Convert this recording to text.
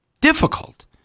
difficult